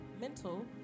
mental